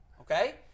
Okay